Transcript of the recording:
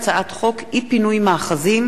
הצעת חוק האזרחות (תיקון,